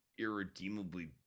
irredeemably